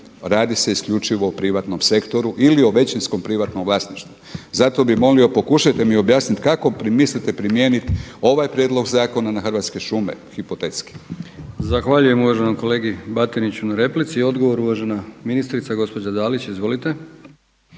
Radi se isključivo o privatnom sektoru ili o većinskom privatnom vlasništvu. Zato bi molio pokušajte mi objasniti kako mislite primijeniti ovaj prijedlog zakona na Hrvatske šume hipotetski. **Brkić, Milijan (HDZ)** Zahvaljujem uvaženom kolegi Batiniću na replici. Odgovor uvažena ministrica gospođa Dalić. Izvolite.